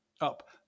Up